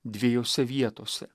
dviejose vietose